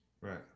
Right